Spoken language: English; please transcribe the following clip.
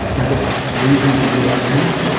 they get reasonably good outcomes.